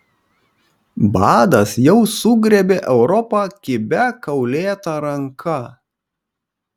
badas jau sugriebė europą kibia kaulėta ranka